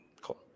Cool